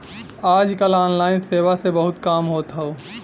आज कल ऑनलाइन सेवा से बहुत काम होत हौ